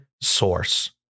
source